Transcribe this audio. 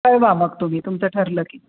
कळवा मग तुम्ही तुमचं ठरलं की